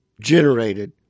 generated